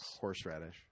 Horseradish